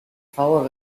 favor